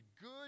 good